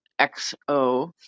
xo